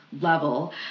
level